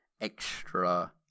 extra